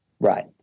Right